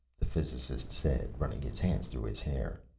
the physicist said, running his hands through his hair.